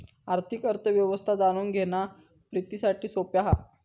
आर्थिक अर्थ व्यवस्था जाणून घेणा प्रितीसाठी सोप्या हा